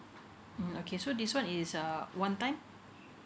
mm okay so this one is uh one time